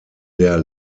der